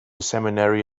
seminary